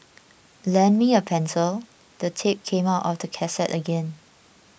lend me a pencil the tape came out of the cassette again